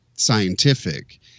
scientific